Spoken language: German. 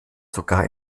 sogar